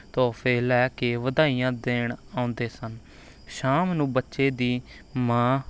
ਤੋਹਫੇ ਲੈ ਕੇ ਵਧਾਈਆਂ ਦੇਣ ਆਉਂਦੇ ਸਨ ਸ਼ਾਮ ਨੂੰ ਬੱਚੇ ਦੀ ਮਾਂ